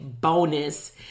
bonus